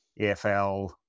EFL